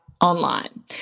online